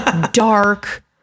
dark